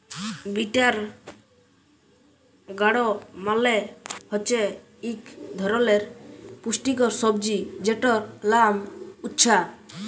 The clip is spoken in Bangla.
বিটার গাড় মালে হছে ইক ধরলের পুষ্টিকর সবজি যেটর লাম উছ্যা